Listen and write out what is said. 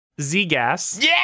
Z-Gas